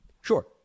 Sure